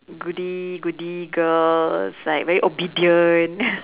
goody goody girls like very obedient